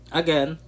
again